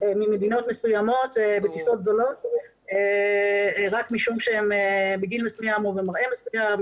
ממדינות מסוימות בטיסות זולות רק משום שהן בגיל מסוים או במראה מסוים,